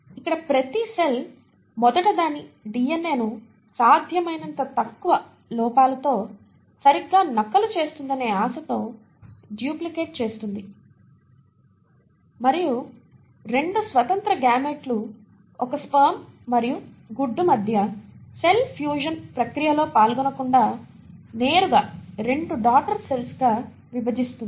ఇక్కడ ప్రతి సెల్ మొదట దాని DNA ను సాధ్యమైనంత తక్కువ లోపాలతో సరిగ్గా నకలు చేస్తుందనే ఆశతో డూప్లికేట్ చేస్తుంది మరియు రెండు స్వతంత్ర గామేట్లు ఒక స్పెర్మ్ మరియు గుడ్డు మధ్య సెల్ ఫ్యూజన్ ప్రక్రియలో పాల్గొనకుండా నేరుగా రెండు డాటర్ సెల్స్ గా విభజిస్తుంది